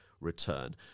return